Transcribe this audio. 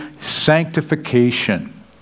sanctification